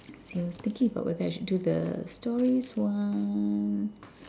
same thinking about whether I should do the stories one